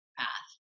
path